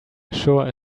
sure